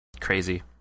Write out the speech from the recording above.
Crazy